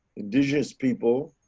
indigenous people,